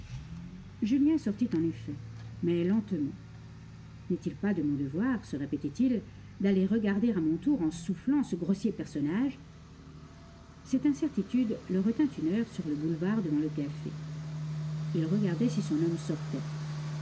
julien sortit en effet mais lentement n'est-il pas de mon devoir se répétait-il d'aller regarder à mon tour en soufflant ce grossier personnage cette incertitude le retint une heure sur le boulevard devant le café il regardait si son homme sortait